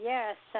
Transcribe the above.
Yes